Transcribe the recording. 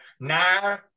Nah